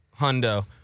Hundo